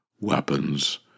weapons